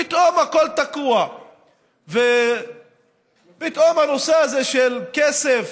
פתאום הכול תקוע, ופתאום הנושא הזה של כסף